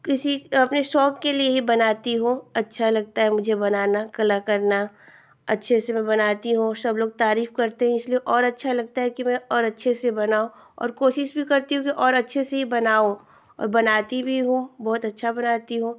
किसी अपने शौक़ के लिये ये बनाती हूँ अच्छा लगता है मुझे बनाना कला करना अच्छे से मैं बनाती हुँ और सब लोग तारीफ करते हैं इसलिए और अच्छा लगता है कि मैं और अच्छे से बनाऊँ और कोशिश भी करती हूँ कि और अच्छे से ही बनाऊँ और बनाती भी हूँ बहुत अच्छा बनाती हूँ